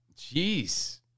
Jeez